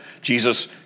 Jesus